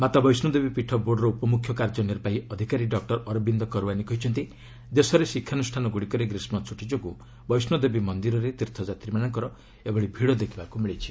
ମାତା ବୈଷୋଦେବୀ ପୀଠ ବୋର୍ଡ୍ର ଉପମୁଖ୍ୟ କାର୍ଯ୍ୟ ନିର୍ବାହୀ ଅଧିକାରୀ ଡକ୍ଟର ଅରବିନ୍ଦ କରୱାନୀ କହିଛନ୍ତି ଦେଶରେ ଶିକ୍ଷାନୁଷାନଗୁଡ଼ିକରେ ଗ୍ରୀଷ୍ମ ଛୁଟି ଯୋଗୁଁ ବୈଷ୍ଣୋଦେବୀ ମନ୍ଦିରରେ ତୀର୍ଥଯାତ୍ରୀମାନଙ୍କର ଏଭଳି ଭିଡ଼ ଦେଖିବାକୁ ମିଳିଛି